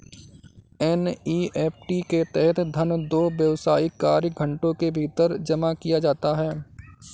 NEFT के तहत धन दो व्यावसायिक कार्य घंटों के भीतर जमा किया जाता है